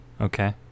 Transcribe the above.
Okay